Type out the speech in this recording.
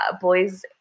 boys